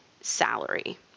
salary